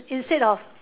instead of